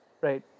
right